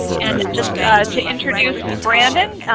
and just to introduce brandon,